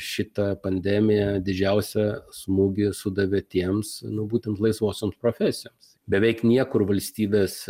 šita pandemija didžiausią smūgį sudavė tiems nu būtent laisvosioms profesijoms beveik niekur valstybės